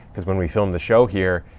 cause when we filmed the show here,